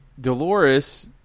Dolores